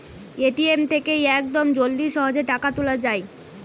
ATM থেকে ইয়াকদম জলদি সহজে টাকা তুলে যায়